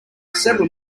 several